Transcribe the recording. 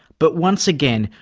but once again,